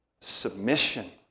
submission